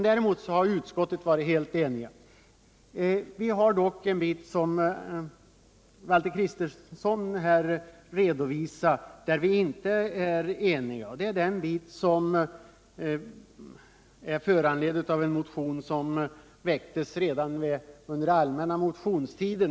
Valter Kristensson Nr 110 har dock redovisat en punkt där vi i utskottet inte är eniga, nämligen Onsdagen den beträffande en motion som väcktes redan under den allmänna motionstiden.